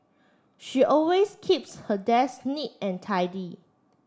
she always keeps her desk neat and tidy